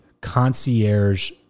concierge